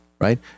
right